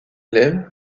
élève